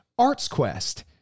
ArtsQuest